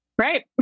right